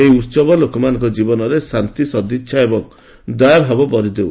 ଏହି ଉହବ ଲୋକମାନଙ୍କ ଜୀବନରେ ଶାନ୍ତି ସଦିଚ୍ଛା ଏବଂ ଦୟାଭାବ ଭରିଦେଉ